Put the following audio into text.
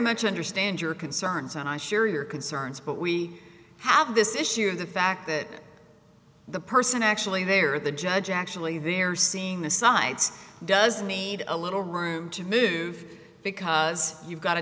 much understand your concerns and i share your concerns but we have this issue of the fact that the person actually they are the judge actually they're seeing the sides does need a little room to move because you've got a